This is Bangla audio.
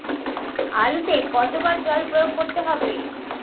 আলুতে কতো বার জল প্রয়োগ করতে হবে?